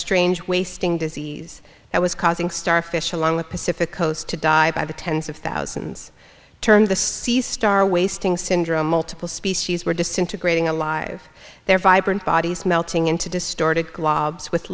strange wasting disease that was causing starfish along the pacific coast to die by the tens of thousands turned the seastar wasting syndrome multiple species were disintegrating alive their vibrant bodies melting into distorted globs with